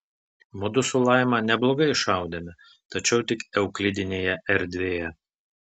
mudu su laima neblogai šaudėme tačiau tik euklidinėje erdvėje